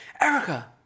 Erica